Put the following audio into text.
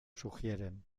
sugieren